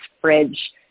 fridge